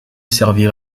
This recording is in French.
servir